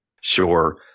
Sure